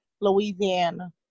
Louisiana